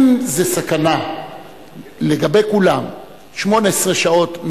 אם זה סכנה לגבי כולם 18 שעות,